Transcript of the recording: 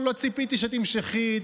לא ציפיתי שתמשכי.